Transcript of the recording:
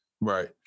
Right